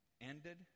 ended